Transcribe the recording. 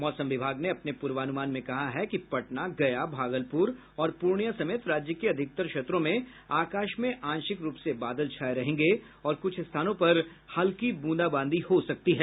मौसम विभाग ने अपने पूर्वान्रमान में कहा है कि पटना गया भागलपुर और पूर्णियां समेत राज्य के अधिकतर क्षेत्रों में आकाश में आंशिक रूप से बादल छाये रहेंगे और कुछ स्थानों पर हल्की ब्रंदाबादी हो सकती है